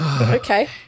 Okay